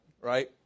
right